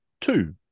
two